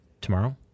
Tomorrow